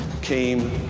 came